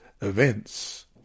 events